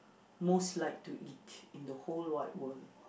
most like to eat in the whole wide world